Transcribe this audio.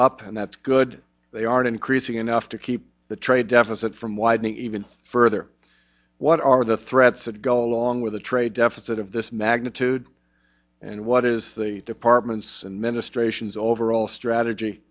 up and that's good they are increasing enough to keep the trade deficit from widening even further what are the threats that go along with a trade deficit of this magnitude and what is the department's and ministrations overall strategy